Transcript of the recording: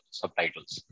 subtitles